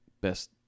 best